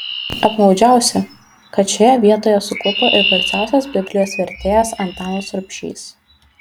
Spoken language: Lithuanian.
apmaudžiausia kad šioje vietoje suklupo ir garsiausias biblijos vertėjas antanas rubšys